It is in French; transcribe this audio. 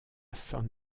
san